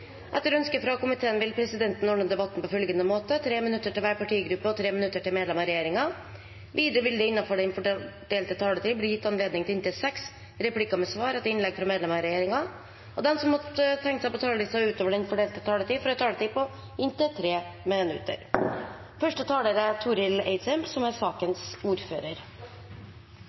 Etter ønske fra kommunal- og forvaltningskomiteen vil presidenten ordne debatten på følgende måte: 3 minutter til hver partigruppe og 3 minutter til medlemmer av regjeringen. Videre vil det – innenfor den fordelte taletid – bli gitt anledning til inntil seks replikker med svar etter innlegg fra medlemmer av regjeringen, og de som måtte tegne seg på talerlisten utover den fordelte taletid, får også en taletid på inntil 3 minutter.